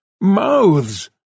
mouths